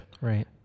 Right